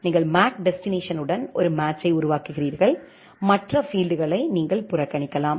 நீங்கள் make destination உடன் ஒரு மேட்ச் உருவாக்குகிறீர்கள் மற்ற பீல்ட்களை நீங்கள் புறக்கணிக்கலாம்